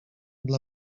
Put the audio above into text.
dla